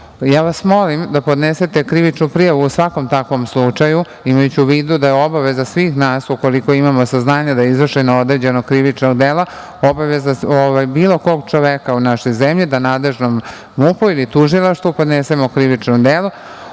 ja vas molim da podnesete krivičnu prijavu u svakom takvom slučaju, imajući u vidu da je obaveza svih nas ukoliko imamo saznanja da je izvršeno određeno krivično delo, obaveza bilo kog čoveka u našoj zemlji da nadležnom MUP-i ili tužilaštvu podnesemo krivično delo. Što